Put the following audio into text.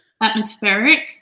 Atmospheric